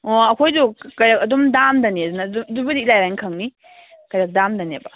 ꯑꯣ ꯑꯩꯈꯣꯏꯁꯨ ꯀꯩꯅꯣ ꯑꯗꯨꯝ ꯗꯥꯝꯗꯅꯦ ꯑꯗꯨꯅ ꯑꯗꯨꯕꯨꯗꯤ ꯏꯔꯥꯏ ꯂꯥꯏꯅ ꯈꯪꯅꯤ ꯀꯩꯅꯣ ꯗꯥꯝꯗꯅꯦꯕ